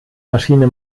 maschine